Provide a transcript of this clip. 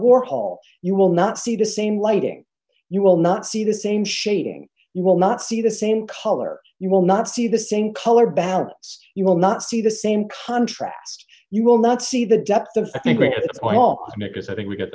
warhol you will not see the same lighting you will not see the same shading you will not see the same color you will not see the same color balance you will not see the same contrast you will not see the depth of i think w